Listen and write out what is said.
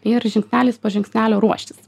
ir žingsnelis po žingsnelio ruoštis